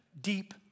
deep